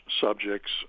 subjects